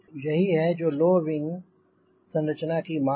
यही है जो लो विंग संरचना की मांँग है